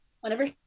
whenever